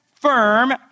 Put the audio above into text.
firm